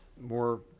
more